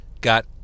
got